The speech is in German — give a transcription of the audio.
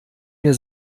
mir